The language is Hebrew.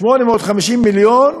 850 מיליון,